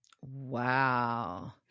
Wow